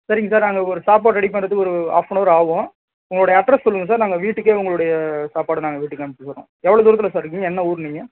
சரிங்க சார் நாங்கள் ஒரு சாப்பாடு ரெடி பண்ணுறதுக்கு ஒரு ஹாஃபனவர் ஆவும் உங்களோடைய அட்ரஸ் சொல்லுங்கள் சார் நாங்கள் வீட்டுக்கே உங்களுடைய சாப்பாடை நாங்கள் வீட்டுக்கே அனுப்பிச்சி வச்சிடுறோம் எவ்வளோ தூரத்தில் சார் இருக்கீங்க என்ன ஊர் நீங்கள்